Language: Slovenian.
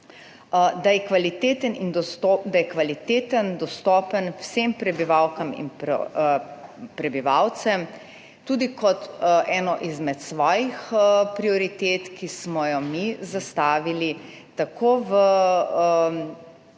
da je kvaliteten, dostopen vsem prebivalkam in prebivalcem tudi kot eno izmed svojih prioritet, ki smo jo mi zastavili tako v